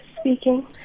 speaking